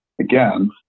again